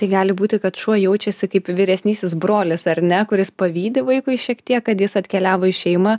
tai gali būti kad šuo jaučiasi kaip vyresnysis brolis ar ne kuris pavydi vaikui šiek tiek kad jis atkeliavo į šeimą